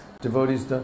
devotees